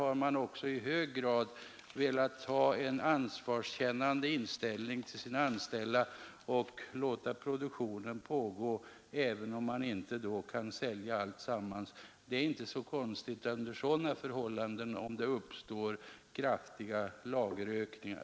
Man har också i hög grad en ansvarskänsla mot sina anställda och låter produktionen pågå även om man inte kan sälja alla sina produkter. Det är under sådana förhållanden inte konstigt om det uppstår kraftiga lagerökningar.